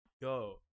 Yo